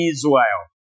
Israel